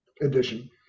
edition